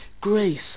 grace